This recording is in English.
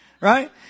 right